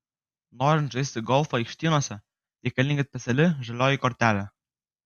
norint žaisti golfą aikštynuose reikalinga speciali žalioji kortelė